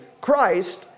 Christ